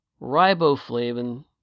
riboflavin